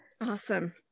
Awesome